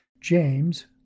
James